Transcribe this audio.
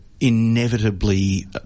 inevitably